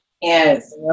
Yes